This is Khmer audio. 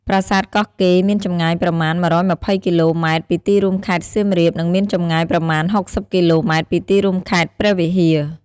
ប្រាសាទកោះកេរមានចម្ងាយប្រមាណ ១២០គីឡូម៉ែត្រពីទីរួមខេត្តសៀមរាប និងមានចម្ងាយប្រមាណ ៦០គីឡូម៉ែត្រពីទីរួមខេត្តព្រះវិហារ។